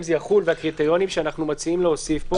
זה יחול והקריטריונים שאנו מציעים להוסיף פה.